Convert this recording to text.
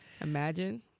Imagine